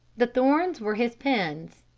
the thorns were his pins.